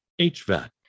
HVAC